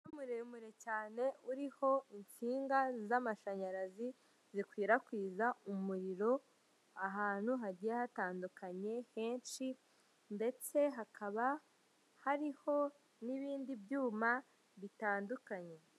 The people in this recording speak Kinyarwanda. Umunara muremure cyane uriho insinga z'amashanyarazi zikwirakwiza umuriro ahantu hagiye hatandukanye ndetse hakaba hariho n'ibindi byuma bitandukanye.